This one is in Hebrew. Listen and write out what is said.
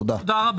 תודה.